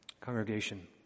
Congregation